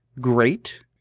great